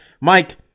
Mike